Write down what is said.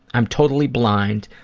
i'm totally blind,